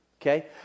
okay